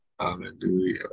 Hallelujah